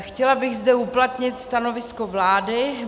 Chtěla bych zde uplatnit stanovisko vlády.